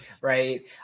right